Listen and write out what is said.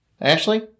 Ashley